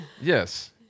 Yes